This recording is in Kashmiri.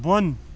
بۄن